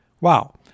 Wow